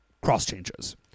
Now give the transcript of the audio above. cross-changes